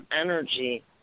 energy